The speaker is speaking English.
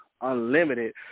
unlimited